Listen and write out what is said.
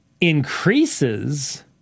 increases